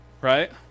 Right